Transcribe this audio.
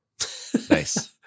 Nice